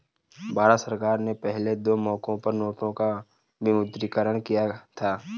भारत सरकार ने पहले दो मौकों पर नोटों का विमुद्रीकरण किया था